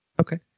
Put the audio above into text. Okay